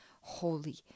holy